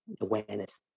awareness